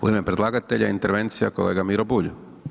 U ime predlagatelja, intervencija, kolega Miro Bulj.